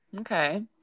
Okay